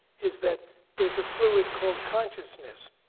is that there's a fluid called consciousness,